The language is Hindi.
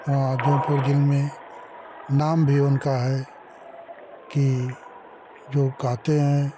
वहाँ जौनपुर जिले में नाम भी उनका है कि जो कहते हैं